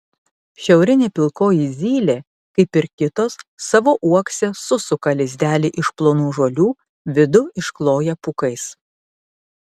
šiaurinė pilkoji zylė kaip ir kitos savo uokse susuka lizdelį iš plonų žolių vidų iškloja pūkais